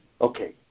Okay